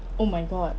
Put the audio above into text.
oh my god